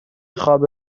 خواب